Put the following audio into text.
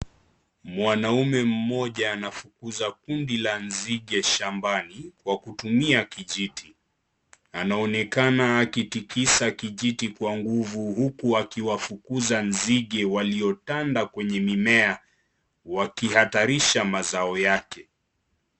Mwanaume mmoja anafukuza kundi la nzige shambani kwa kutumia kijiti, anaonekana akitikisa kijiti kwa nguvu huku akiwafukuza nzige waliotanda kwenye mimea wakihatarisha mazao yake.